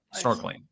snorkeling